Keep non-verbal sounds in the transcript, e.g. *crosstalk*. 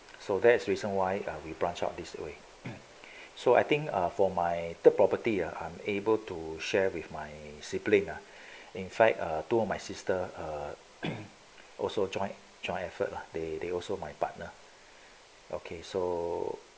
so that's reason why are we branch out this away so I think uh for my third property ah I'm able to share with my sibling ah are in fact two of my sister uh *coughs* also join joint effort lah they they also my partner okay so